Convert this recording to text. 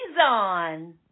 on